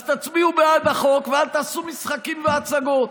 אז תצביעו בעד החוק ואל תעשו משחקים והצגות.